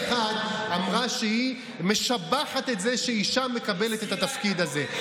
אמרה פה אחד שהיא משבחת את זה שאישה מקבלת את התפקיד הזה,